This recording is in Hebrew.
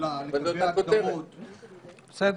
בסדר